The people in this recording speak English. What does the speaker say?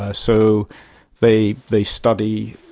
ah so they they study,